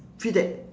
feel that